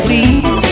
Please